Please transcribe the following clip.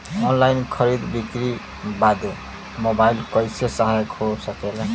Online खरीद बिक्री बदे मोबाइल कइसे सहायक हो सकेला?